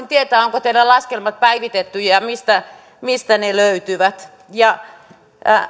tietää onko teidän laskelmanne päivitetty ja mistä mistä ne löytyvät